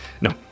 No